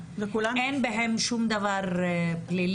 אין בהן שום דבר פלילי?